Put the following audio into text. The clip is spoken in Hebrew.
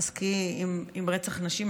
תתעסקי עם רצח נשים,